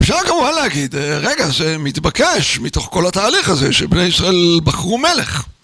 אפשר כמובן להגיד, רגע, זה מתבקש מתוך כל התהליך הזה שבני ישראל בחרו מלך.